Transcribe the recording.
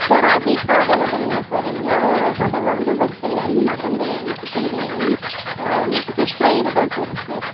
sir அது இப்போ available இல்லை சார் எங்களோடய ஹோட்டலில் வந்து veg biryani mutton biryani chicken biryani இன்னும் ஃபிஷ் ஃப்ரை இது தான் சார் இருக்குது